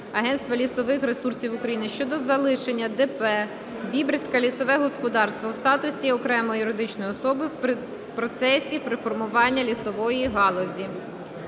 агентства лісових ресурсів України щодо залишення ДП "Бібрське лісове господарство" в статусі окремої юридичної особи в процесі реформування лісової галузі.